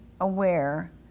aware